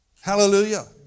Hallelujah